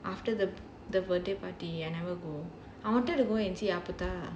after the the birthday party I never go I wanted to go and see alberta